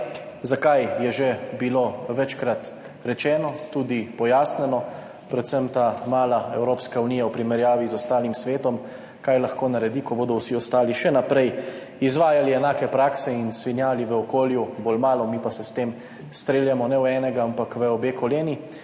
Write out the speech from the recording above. Zakaj, je že bilo večkrat rečeno, tudi pojasnjeno, predvsem ta mala Evropska unija v primerjavi z ostalim svetom - kaj lahko naredi? -, ko bodo vsi ostali še naprej izvajali enake prakse in svinjali v okolju bolj malo, mi pa se s tem streljamo ne v enega, ampak v obe koleni.